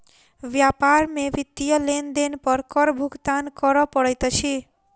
व्यापार में वित्तीय लेन देन पर कर भुगतान करअ पड़ैत अछि